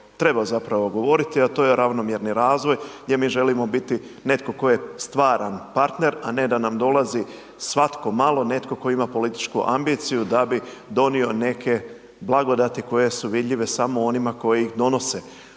treba zapravo govoriti, a to je ravnomjerni razvoj gdje mi želimo biti netko tko je stvaran partner, a ne da nam dolazi svatko malo netko tko ima političku ambiciju da bi donio neke blagodati koje su vidljive samo onima koji donose.